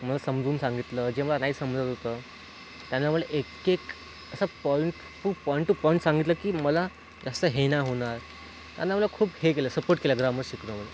मला समजवून सांगितलं जेव्हा नाही समजत होतं त्याच्यामुळं एकेक असं point to point to point सांगितलं की मला जास्त हे नाही होणार आणि मला खूप हे केलं सपोर्ट केला ग्रामर शिकवण्यामध्ये